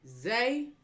Zay